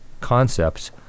concepts